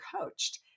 coached